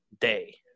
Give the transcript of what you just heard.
day